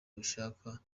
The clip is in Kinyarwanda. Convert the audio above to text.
ubishaka